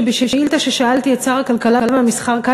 שבשאילתה ששאלתי את שר הכלכלה והמסחר כאן